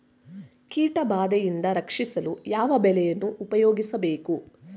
ಕೀಟಬಾದೆಯಿಂದ ರಕ್ಷಿಸಲು ಯಾವ ಬಲೆಯನ್ನು ಉಪಯೋಗಿಸಬೇಕು?